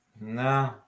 No